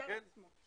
הפרטים